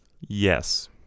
Yes